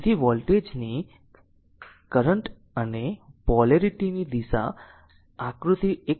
તેથી વોલ્ટેજ ની કરંટ અને પોલારીટી ની દિશા આકૃતિ 1